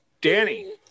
Danny